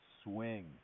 swing